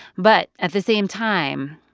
but, at the same time,